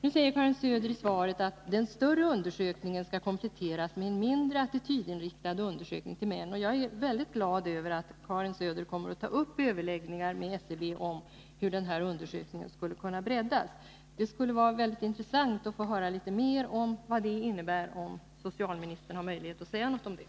Nu säger Karin Söder i svaret att den större undersökningen skall kompletteras med en mindre, attitydinriktad undersökning till män, och jag är mycket glad över att Karin Söder kommer att ta upp överläggningar med SCB om hur den här undersökningen skall kunna breddas. Det skulle vara väldigt intressant att få höra litet mer om vad det innebär, om socialministern har möjlighet att säga något om det.